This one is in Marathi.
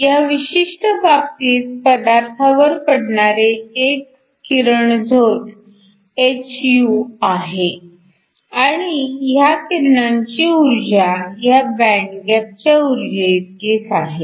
ह्या विशिष्ट बाबतीत पदार्थावर पडणारे एक किरणझोत hυ आहे आणि ह्या किरणांची ऊर्जा ह्या बँडगॅपच्या ऊर्जेइतकीच आहे